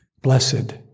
blessed